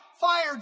fired